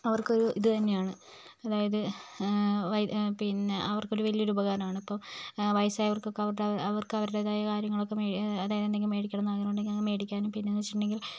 അവർക്കൊരു ഇതുതന്നെയാണ് അതായത് പിന്നെ അവർക്കൊരു വലിയ ഉപകാരമാണ് അപ്പോൾ വയസ്സായവർക്കൊക്കെ അവർക്ക് അവർക്കവരുടേതായ കാര്യങ്ങൾ ഒക്കെ അതായത് എന്തെങ്കിലും മേടിക്കണം എന്നാഗ്രഹം ഉണ്ടെങ്കിൽ മേടിക്കാനും പിന്നെയെന്നു വെച്ചിട്ടുണ്ടെങ്കിൽ